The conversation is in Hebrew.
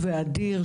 ואדיר,